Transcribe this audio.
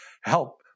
help